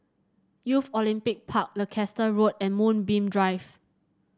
Youth Olympic Park Leicester Road and Moonbeam Drive